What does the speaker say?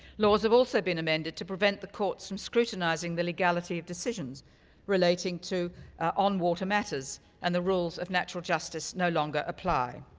laws have also been amended to prevent the courts from scrutinizing the legality of decisions relating to on-water matters and the rules of natural justice no longer apply.